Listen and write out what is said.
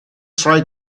try